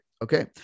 Okay